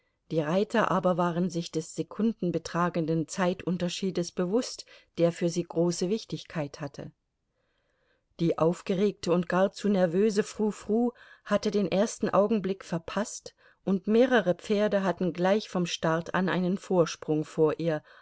die reiter aber waren sich des sekunden betragenden zeitunterschiedes bewußt der für sie große wichtigkeit hatte die aufgeregte und gar zu nervöse frou frou hatte den ersten augenblick verpaßt und mehrere pferde hatten gleich vom start an einen vorsprung vor ihr